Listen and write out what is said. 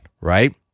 Right